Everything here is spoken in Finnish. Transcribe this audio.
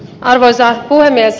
arvoisa puhemies